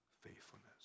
faithfulness